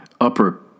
upper